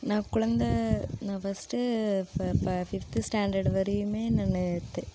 நான் குழந்தை நான் ஃபஸ்ட்டு ப இப்போ ஃபிஃப்த் ஸ்டாண்டர்ட் வரையுமே நான் த